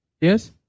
Yes